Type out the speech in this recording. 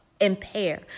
impair